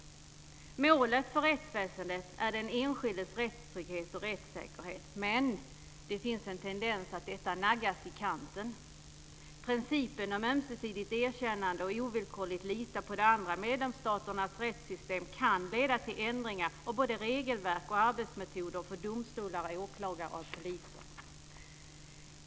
Målet för rättsväsendet är den enskildes rättstrygghet och rättssäkerhet, men det finns en tendens att detta naggas i kanten. Principen om ömsesidigt erkännande och att ovillkorligt lita på de andra medlemsstaternas rättssystem kan leda till ändringar i både regelverk och arbetsmetoder för domstolar, åklagare och polisen.